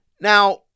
Now